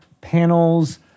panels